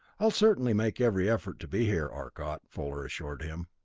i'll certainly make every effort to be here, arcot, fuller assured him.